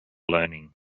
learning